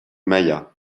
maya